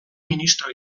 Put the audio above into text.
ministro